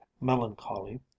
melancholy